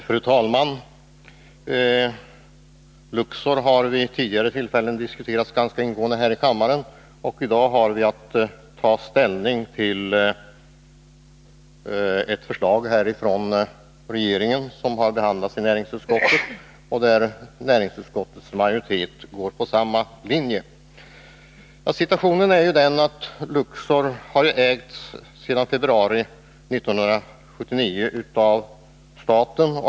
Fru talman! Luxor har redan vid tidigare tillfällen diskuterats ganska ingående här i kammaren. I dag har vi att ta ställning till ett förslag från regeringen, vilket har behandlats i näringsutskottet, som följt samma linje som regeringen. Situationen är ju den att Luxor sedan februari 1979 har ägts av staten.